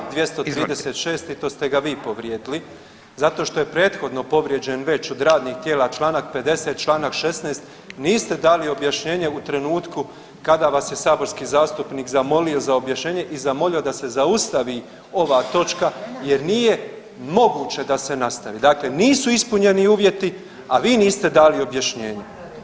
čl. 236. i to ste ga vi povrijedili zato što je prethodno povrijeđen već od radnih tijela čl. 50., čl. 16., niste dali objašnjenje u trenutku kada vas je saborski zastupnik zamolio za objašnjenje i zamolio da se zaustavi ova točka jer nije moguće da se nastavi, dakle nisu ispunjeni uvjeti, a vi niste dali objašnjenje.